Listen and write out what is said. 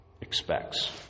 expects